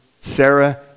Sarah